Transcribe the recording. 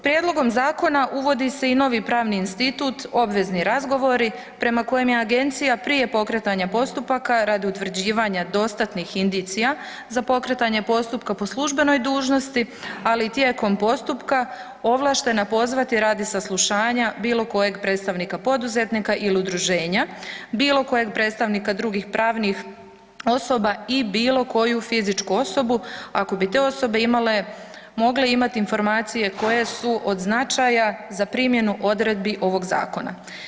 Prijedlogom zakona uvodi se i novi pravni institut obvezni razgovori prema kojem je Agencija prije pokretanja postupaka radi utvrđivanja dostatnih indicija za pokretanje postupka po službenoj dužnosti, ali i tijekom postupka ovlaštena pozvati radi saslušanja bilo kojeg predstavnika poduzetnika ili udruženja, bilo kojeg predstavnika drugih pravnih osoba i bilo koju fizičku osobu ako bi te osobe imale, mogle imati informacije koje su od značaja za primjenu odredbi ovoga Zakona.